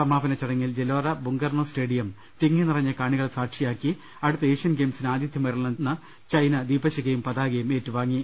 സമാ പന ചടങ്ങിൽ ജെലോറ ബുങ്കർണോ സ്റ്റേഡിയം തിങ്ങിനിറഞ്ഞ കാണികളെ സാക്ഷി യാക്കി അടുത്ത ഏഷ്യൻ ഗെയിംസിന് ആതിഥ്യമരുളുന്ന ചൈന ദീപശിഖയും പതാകയും ഏറ്റുവാങ്ങി